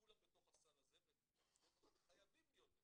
שכולם בתוך הסל הזה וחייבים להיות בפנים.